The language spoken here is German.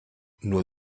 nur